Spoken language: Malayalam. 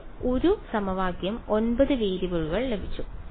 എനിക്ക് 1 സമവാക്യം 9 വേരിയബിളുകൾ ലഭിച്ചു